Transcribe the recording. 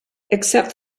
except